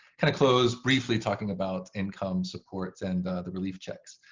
kind of close briefly talking about income supports and the relief checks.